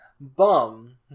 bum